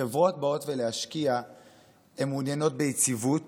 כשחברות באות להשקיע הן מעוניינות ביציבות